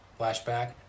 flashback